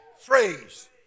phrase